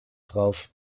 drauf